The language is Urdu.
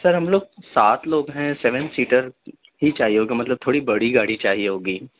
سر ہم لوگ سات لوگ ہیں سیون سیٹر ہی چاہیے ہوگا مطلب تھوڑی بڑی گاڑی چاہیے ہوگی